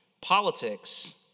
politics